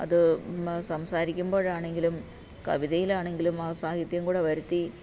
അത് മ സംസാരിക്കുമ്പോൾ ആണെങ്കിലും കവിതയിലാണെങ്കിലും ആ സാഹിത്യം കൂടെ വരുത്തി